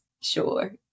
sure